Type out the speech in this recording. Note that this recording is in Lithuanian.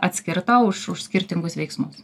atskirta už už skirtingus veiksmus